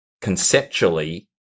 conceptually